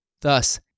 Thus